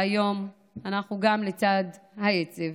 והיום, לצד העצב,